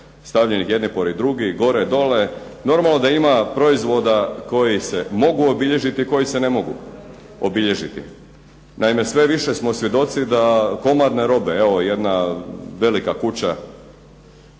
stavljeni jedni pored drugih, gore, dole. Normalno da ima proizvoda koji se mogu obilježiti, koji se ne mogu obilježiti. Naime, sve više smo svjedoci da komadne robe, evo jedna velika kuća